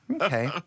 Okay